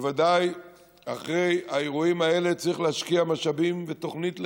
בוודאי אחרי האירועים האלה צריך להשקיע משאבים בתוכנית לחדש,